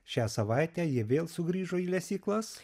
šią savaitę jie vėl sugrįžo į lesyklas